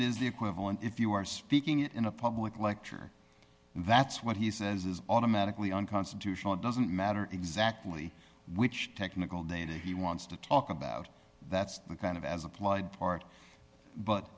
it is the equivalent if you are speaking it in a public lecture that's what he says is automatically unconstitutional it doesn't matter exactly which technical data he wants to talk about that's the kind of as applied part but